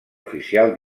oficial